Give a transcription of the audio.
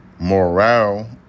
morale